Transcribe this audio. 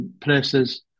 places